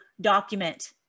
document